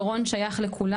מירון שייך לכולם.